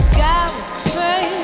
galaxy